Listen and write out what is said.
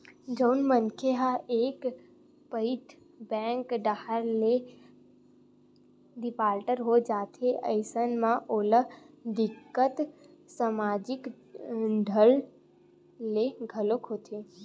जउन मनखे ह एक पइत बेंक डाहर ले डिफाल्टर हो जाथे अइसन म ओला दिक्कत समाजिक ढंग ले घलो होथे